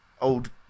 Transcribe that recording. old